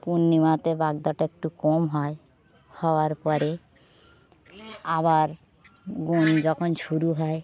পূর্ণিমাতে বাগদাটা একটু কম হয় হওয়ার পরে আবার গুণ যখন শুরু হয়